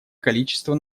количества